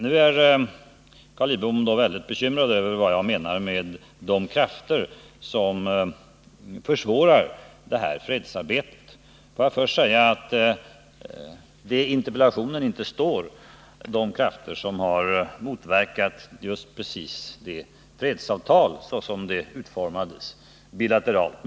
Nu är Carl Lidbom väldigt bekymrad över vad jag menar med de krafter som försvårar det här fredsarbetet. Låt mig säga att det i interpellationen inte står ”de krafter som har motverkat”, utan det står ”fredsarbetet”, om jag nu minns rätt.